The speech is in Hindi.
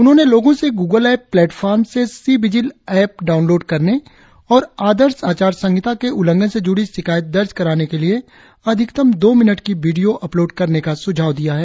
उन्होंने लोगों से ग्रगल ऐप प्लेटफॉम से सी विजिल ऐप डाऊनलोड करने और आदर्श आचार संहिता के उल्लंघन से जुड़ी शिकायत दर्ज कराने के लिए अधिकतम दो मिनट की वीडियो आपलोड करने का सुझाव दिया है